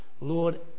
Lord